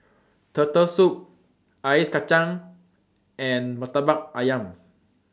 Turtle Soup Ice Kachang and Murtabak Ayam